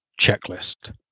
checklist